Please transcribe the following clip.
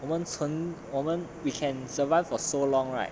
我们存我们 we can survive for so long right